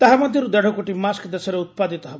ତାହା ମଧ୍ୟରୁ ଦେଢ଼ କୋଟି ମାସ୍କ ଦେଶରେ ଉତ୍ପାଦିତ ହେବ